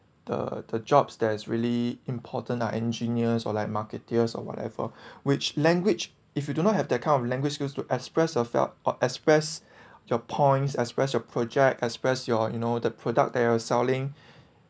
the the jobs that is really important lah engineers are like marketeers or whatever which language if you do not have that kind of language skills to express yourself or express your points express your project express your you know the product they are selling